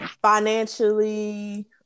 financially